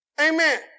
Amen